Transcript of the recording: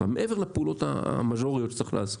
מעבר לפעולות המז'וריות שצריך לעשות.